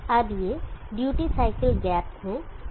अब ये duty cycle gaps हैं